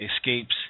escapes